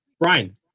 Brian